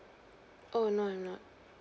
oh no I'm not